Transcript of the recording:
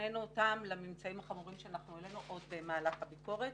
לממצאים החמורים שהעלינו עוד במהלך הביקורת,